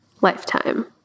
lifetime